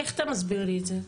איך אתה מסביר לי את זה?